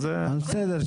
אז בסדר,